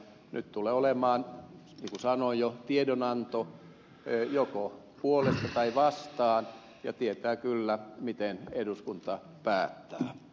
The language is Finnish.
nyt tulee olemaan niin kuin sanoin jo tiedonanto joko puolesta tai vastaan ja tietää kyllä miten eduskunta päättää